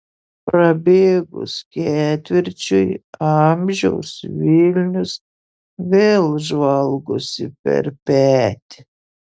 prabėgus ketvirčiui amžiaus vilnius vėl žvalgosi per petį